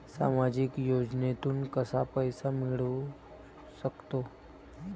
सामाजिक योजनेतून कसा पैसा मिळू सकतो?